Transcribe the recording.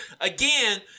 Again